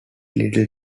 little